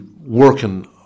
working